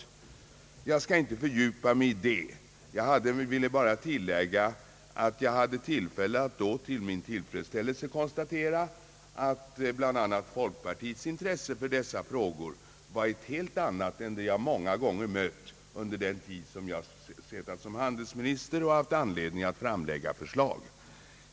Jag skall emellertid inte fördjupa mig i detta utan bara tillägga att jag då hade tillfälle att till min glädje konstatera att bland annat folkpartiets intresse för dessa frågor var ett helt annat än det jag många gånger mött under min tid som handelsminister och då jag haft anledning att framlägga förslag.